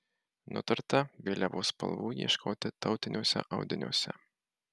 nutarta vėliavos spalvų ieškoti tautiniuose audiniuose